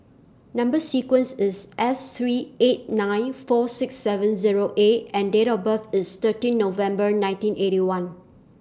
Number sequence IS S three eight nine four six seven Zero A and Date of birth IS thirteen November nineteen Eighty One